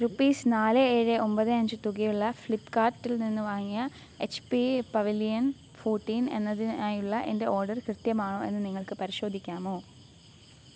rupees നാല് ഏഴ് ഒമ്പത് അഞ്ച് തുകയുള്ള ഫ്ലിപ്പ്കാർട്ടിൽനിന്ന് വാങ്ങിയ എച്ച് പി പവിലിയൻ ഫോട്ടീൻ എന്നതിനായുള്ള എന്റെ ഓഡർ കൃത്യമാണോ എന്ന് നിങ്ങൾക്ക് പരിശോധിക്കാമോ